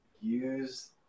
Use